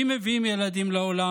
ואם מביאים ילדים לעולם,